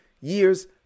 years